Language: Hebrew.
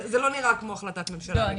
זה לא נראה כמו החלטת ממשלה מלפני שנתיים.